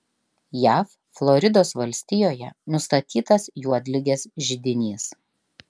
jav floridos valstijoje nustatytas juodligės židinys